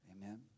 Amen